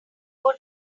good